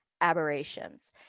aberrations